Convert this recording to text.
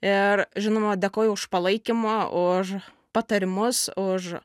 ir žinoma dėkoju už palaikymą už patarimus už